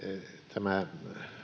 tämä